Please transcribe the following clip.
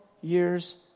years